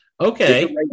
Okay